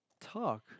talk